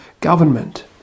government